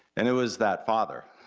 and it was that father.